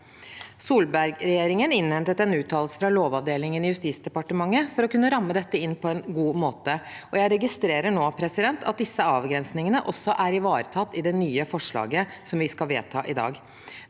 Solberg-regjeringen innhentet en uttalelse fra lovavdelingen i Justisdepartementet for å kunne ramme dette inn på en god måte. Jeg registrerer nå at disse avgrensningene også er ivaretatt i det nye forslaget vi skal vedta i dag.